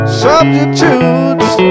substitutes